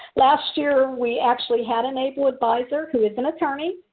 last year, we actually had an able advisor who was an attorney.